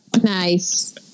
Nice